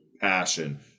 passion